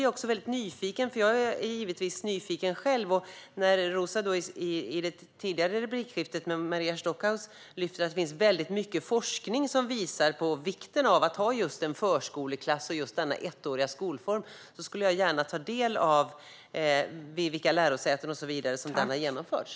Jag blev nyfiken när Roza Güclü Hedin i det tidigare replikskiftet med Maria Stockhaus lyfte fram att det finns väldigt mycket forskning som visar på vikten av att ha just en förskoleklass och just denna ettåriga skolform. Jag skulle gärna ta del av vid vilka lärosäten som denna forskning har genomförts.